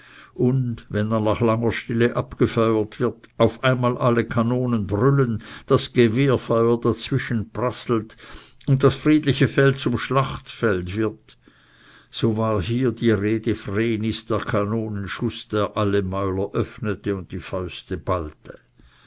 und wenn er nach langer stille abgefeuert wird auf einmal alle kanonen brüllen das gewehrfeuer dazwischen prasselt und das friedliche feld zum schlachtfeld wird so war hier die rede vrenis der kanonenschuß der alle mäuler öffnete und die fäuste ballte